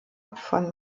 von